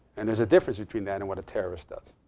and there's a difference between that and what a terrorist does.